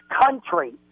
country